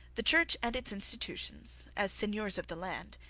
the church and its institutions, as seigneurs of the land,